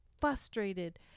frustrated